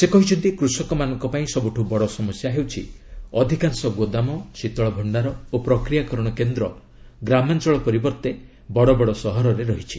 ସେ କହିଛନ୍ତି କୃଷକମାନଙ୍କ ପାଇଁ ସବୁଠୁ ବଡ଼ ସମସ୍ୟା ହେଉଛି ଅଧିକାଂଶ ଗୋଦାମ ଶୀତଳ ଭଷାର ଓ ପ୍ରକ୍ରିୟାକରଣ କେନ୍ଦ୍ର ଗ୍ରାମାଞ୍ଚଳ ପରିବର୍ତ୍ତେ ବଡ଼ ବଡ଼ ସହରରେ ରହିଛି